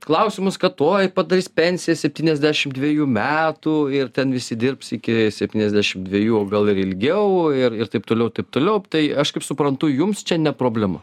klausimus kad tuoj padarys pensiją septyniasdešim dvejų metų ir ten visi dirbs iki septyniasdešim dvejų o gal ir ilgiau ir ir taip toliau taip toliau tai aš kaip suprantu jums čia ne problema